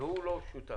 והוא לא שותף,